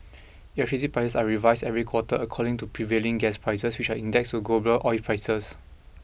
electricity price are revised every quarter according to prevailing gas prices which are indexed to global oil prices